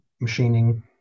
machining